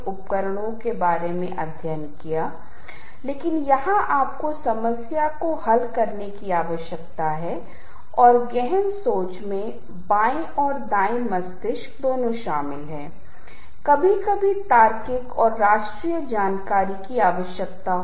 उदाहरण के लिए यह एक अध्ययन में पाया गया कि एक विशेष दुकान में जब उन्होंने एक विशेष प्रकार के संगीत का उपयोग करना शुरू किया तो वे विशेष रूप से खरीदारी में काफी वृद्धि हुई क्योंकि इस संगीत ने लोगों के समूह के लिए एक विशेष सांस्कृतिक मूल्य व्यक्त किया